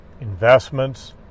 investments